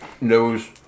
knows